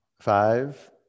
Five